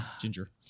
Ginger